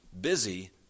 busy